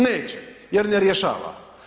Neće, jer ne rješava.